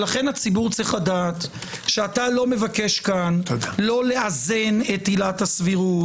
לכן הציבור צריך לדעת שאתה לא מבקש כאן לא לאזן את עילת הסבירות,